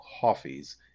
coffees